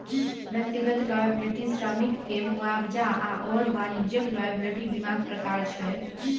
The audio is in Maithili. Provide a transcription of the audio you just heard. व्यक्तिगत लॉयबिलटी श्रमिककेँ मुआवजा आओर वाणिज्यिक लॉयबिलटी बीमाक प्रकार छै